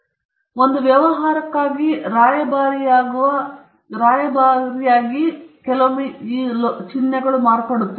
ಮತ್ತು ಮಾರ್ಕ್ಸ್ ಒಂದು ವ್ಯವಹಾರಕ್ಕಾಗಿ ರಾಯಭಾರಿಯಾದ ಕೆಲವು ರೀತಿಯ ಮಾರ್ಪಟ್ಟಿದೆ